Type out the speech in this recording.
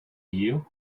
you